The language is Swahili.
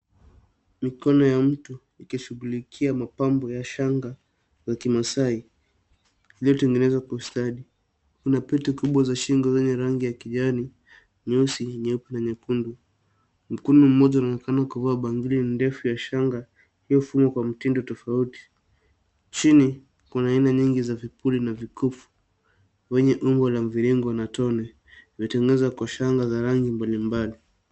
Mikono ya mtu ikishughulikia mapambo ya shanga ya kimaasai, iliyotengenezwa kwa ustadi. Kuna pete kubwa za shingo zenye rangi ya kijani nyeusi, nyeupe na nyekundu. Mkono mmoja unaonekana ukivaa bangili ndefu ya shanga iliyofungwa kwa mtindo tofauti. Chini kuna aina nyingi za vipuli na vikufu wenye umbo la mviringo na tone, imetengenezwa kwa shanga za rangi mbalimbali.